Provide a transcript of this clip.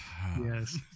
Yes